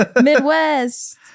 Midwest